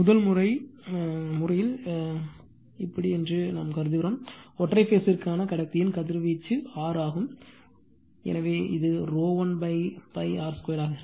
முதல் முறையில் என்று கருதுகிறோம் ஒற்றை பேஸ்த்திற்கான கடத்தியின் கதிர்வீச்சு R ஆகும் எனவே இது rho l pi r 2 ஆக இருக்கும்